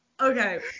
Okay